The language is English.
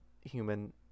human